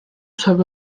have